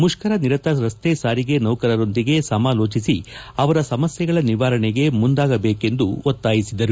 ಮುಷ್ಠರ ನಿರತ ರಸ್ತೆಸಾರಿಗೆ ನೌಕರರೊಂದಿಗೆ ಸಮಾಲೋಜಿಸಿ ಅವರ ಸಮಸ್ಯೆಗಳ ನಿವಾರಣೆಗೆ ಮುಂದಾಗಬೇಕೆಂದು ಒತ್ತಾಯಿಸಿದರು